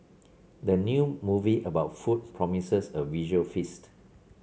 the new movie about food promises a visual feast